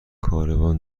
کاروان